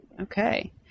Okay